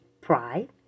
pride